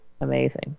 amazing